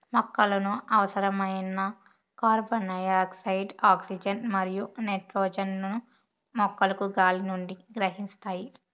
మొక్కలకు అవసరమైన carbon dioxide, oxygen మరియు నైట్రోజన్ ను మొక్కలు గాలి నుండి గ్రహిస్తాయి